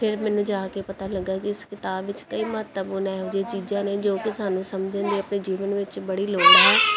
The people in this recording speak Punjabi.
ਫਿਰ ਮੈਨੂੰ ਜਾ ਕੇ ਪਤਾ ਲੱਗਾ ਕਿ ਇਸ ਕਿਤਾਬ ਵਿੱਚ ਕਈ ਮਹੱਤਵਪੂਰਨ ਇਹੋ ਜਿਹੀਆਂ ਚੀਜ਼ਾਂ ਨੇ ਜੋ ਕਿ ਸਾਨੂੰ ਸਮਝਣ ਦੀ ਆਪਣੇ ਜੀਵਨ ਵਿੱਚ ਬੜੀ ਲੋੜ ਹੈ